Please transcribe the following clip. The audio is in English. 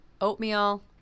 Oatmeal